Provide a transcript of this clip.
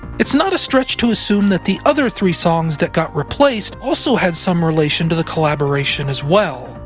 it's not a stretch to assume that the other three songs that got replaced also had some relation to the collaboration, as well.